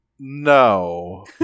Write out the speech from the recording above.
no